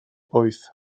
wyth